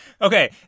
Okay